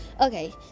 okay